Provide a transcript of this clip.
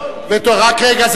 רק רגע,